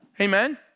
Amen